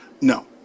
no